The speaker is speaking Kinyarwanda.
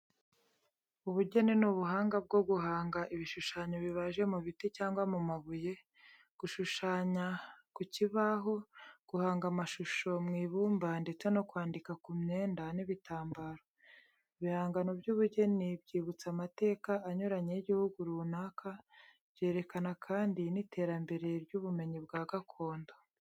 Ubugeni ni ubuhanga bwo guhanga ibishushanyo bibaje mu biti cyangwa mu mabuye, gushushanya ku bibaho, guhanga amashusho mu ibumba ndetse no kwandika ku myenda n'ibitambaro. Ibihangano by'ubugeni byibutsa amateka anyuranye y'igihugu runaka, byerekana kandi n'iterambere ry'ubumenyi bwa gakondo.